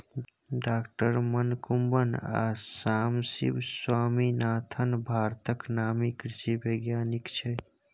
डॉ मनकुंबन आ सामसिब स्वामीनाथन भारतक नामी कृषि बैज्ञानिक छै